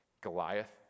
Goliath